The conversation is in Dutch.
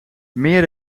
meer